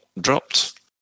dropped